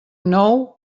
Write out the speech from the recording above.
nou